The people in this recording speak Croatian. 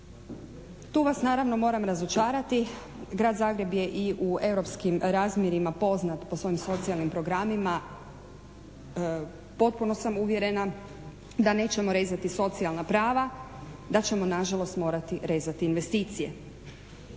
Tu vas naravno moram razočarati, Grad Zagreb je i u europskim razmjerima poznat po svojim socijalnim programima, potpuno sam uvjerena da nećemo rezati socijalna prava, da ćemo na žalost morati rezati investicije.